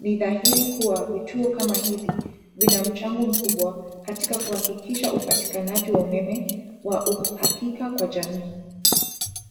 Ni dhahiri kuwa vituo kama hivi vina mchango mkubwa katika kuhakikisha upatikanaji wa umeme wa uhakika kwa jamii.